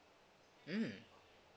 mm